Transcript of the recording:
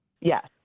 Yes